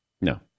No